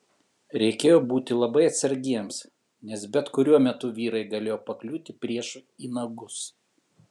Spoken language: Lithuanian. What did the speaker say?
reikėjo būti labai atsargiems nes bet kuriuo metu vyrai galėjo pakliūti priešui į nagus